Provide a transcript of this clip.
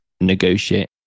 negotiate